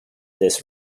this